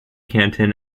canton